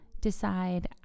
decide